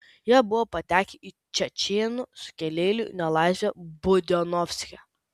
jie buvo patekę į čečėnų sukilėlių nelaisvę budionovske